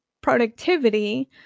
Productivity